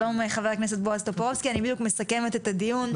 שלום ח"כ טופורובסקי אני בדיוק מסכמת את הדיון.